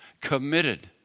committed